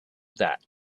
that